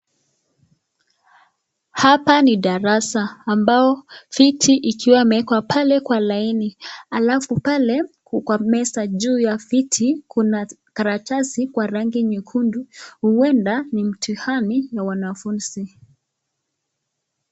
Hapa ni darasa ambao viti ikiwa imeekwa pale kwa laini alafu pale kwa meza juu ya viti kuna karatasi kwa rangi nyekundu ,huenda ni mtihani ya wanafunzi.